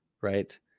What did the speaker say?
Right